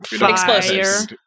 Explosives